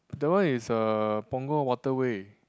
that one is uh Punggol Waterway